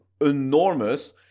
enormous